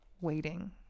waiting